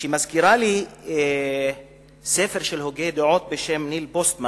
שמזכירה לי ספר של הוגה דעות בשם ניל פוסטמן